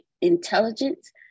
intelligence